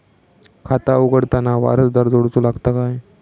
खाता उघडताना वारसदार जोडूचो लागता काय?